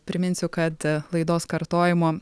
priminsiu kad laidos kartojimo